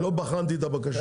לא בחנתי את הבקשות.